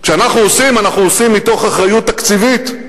כשאנחנו עושים, אנחנו עושים מתוך אחריות תקציבית.